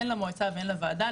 הן למועצה והן לוועדה,